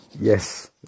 Yes